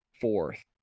fourth